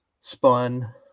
spun